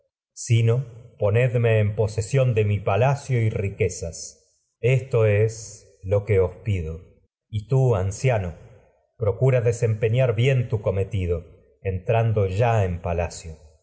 tierra ponedme en posesión de mi palacio y riquezas esto es lo que os pido y tú anciano procura desempeñar bien tu cometido entrando ya en porqué en palacio